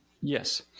Yes